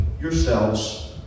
yourselves